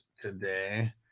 today